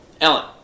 Ellen